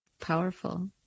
Powerful